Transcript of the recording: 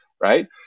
right